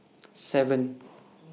seven